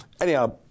Anyhow